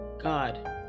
God